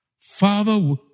Father